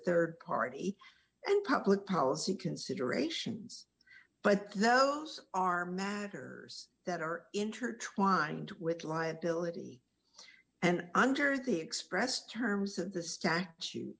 rd party and public policy considerations but those are matters that are intertwined with liability and under the expressed terms of the statu